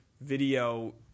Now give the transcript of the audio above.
Video